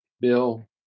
bill